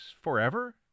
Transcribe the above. forever